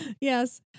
Yes